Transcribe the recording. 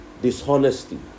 Dishonesty